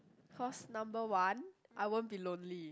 cause number one I won't be lonely